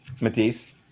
Matisse